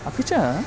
अपि च